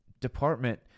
department